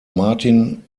martin